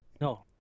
No